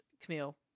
Camille